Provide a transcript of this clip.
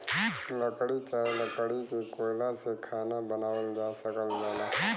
लकड़ी चाहे लकड़ी के कोयला से खाना बनावल जा सकल जाला